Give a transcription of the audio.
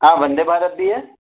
ہاں وندے بھارت بھی ہے